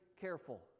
careful